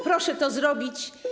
Proszę to zrobić.